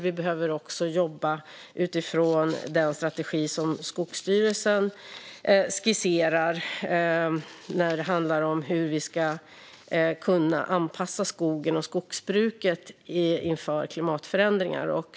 Vi behöver också jobba utifrån den strategi som Skogsstyrelsen skisserar när det handlar om hur vi ska kunna anpassa skogen och skogsbruket inför klimatförändringarna.